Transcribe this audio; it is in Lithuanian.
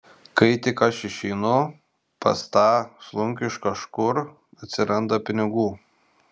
kai tik aš išeinu pas tą slunkių iš kažkur atsiranda pinigų